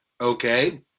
okay